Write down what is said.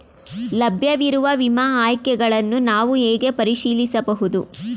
ಲಭ್ಯವಿರುವ ವಿಮಾ ಆಯ್ಕೆಗಳನ್ನು ನಾನು ಹೇಗೆ ಪರಿಶೀಲಿಸಬಹುದು?